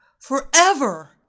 forever